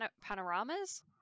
panoramas